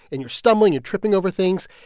and you're stumbling. you're tripping over things.